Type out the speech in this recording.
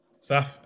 Saf